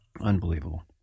Unbelievable